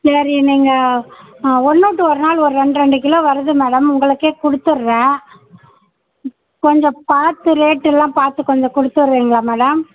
சரி நீங்கள் ஆ ஒன்னுவிட்டு ஒரு நாள் ஒரு இரண்டு இரண்டு கிலோ வருது மேடம் உங்களுக்கே கொடுத்துர்றேன் கொஞ்சம் பார்த்து ரேட்டெல்லாம் பார்த்து கொஞ்சம் கொடுத்துர்றீங்களா மேடம்